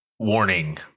Warning